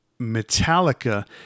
Metallica